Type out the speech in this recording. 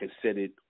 considered